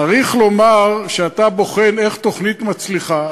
צריך לומר שכשאתה בוחן איך תוכנית מצליחה,